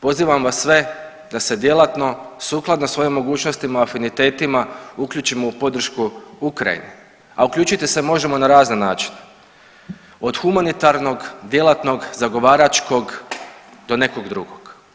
Pozivam vas sve da se djelatno sukladno svojim mogućnostima, afinitetima uključimo u podršku Ukrajini, a uključiti se možemo na razne načine od humanitarnog, djelatnog, zagovaračkog do nekog drugog.